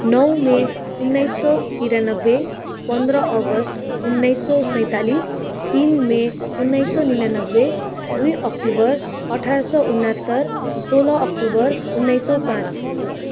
नौ मे उन्नाइस सौ त्रियान्नब्बे पन्ध्र अगस्ट उन्नाइस सौ सैँतालिस तिन मे उन्नाइस सौ निनानब्बे दुई अक्टोबर अठार सौ उन्नात्तर सोह्र अक्टोबर उन्नाइस सौ पाँच